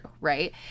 right